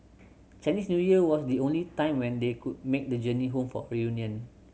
Chinese New Year was the only time when they could make the journey home for a reunion